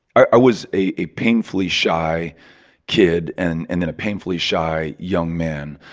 i was a a painfully shy kid and and then a painfully shy young man.